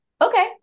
Okay